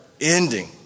ending